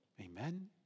Amen